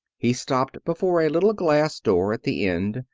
he stopped before a little glass door at the end,